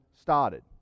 started